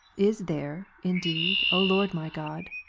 is there, indeed, o lord my god,